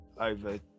over